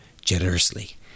generously